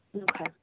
Okay